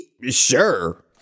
Sure